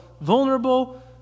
vulnerable